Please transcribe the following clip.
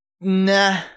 nah